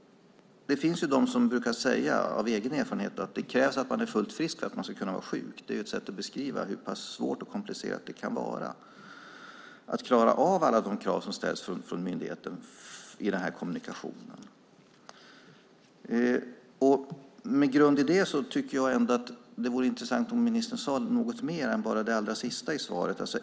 Det finns de som av egen erfarenhet brukar säga att det krävs att man är fullt frisk för att man ska kunna vara sjuk. Det är ett sätt att beskriva hur pass svårt och komplicerat det kan vara att klara av alla de krav som ställs från myndighetens sida i den här kommunikationen. Med grund i det tycker jag ändå att det vore intressant om ministern sade något mer än bara det allra sista i svaret.